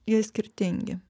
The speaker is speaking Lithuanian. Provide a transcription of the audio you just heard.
jie skirtingi